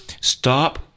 Stop